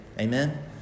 Amen